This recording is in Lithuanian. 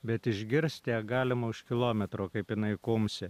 bet išgirst ją galima už kilometro kaip jinai kumsi